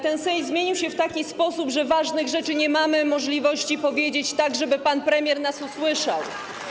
Ten Sejm zmienił się w taki sposób, że ważnych rzeczy nie mamy możliwości powiedzieć tak, żeby pan premier nas usłyszał.